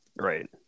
right